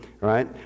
right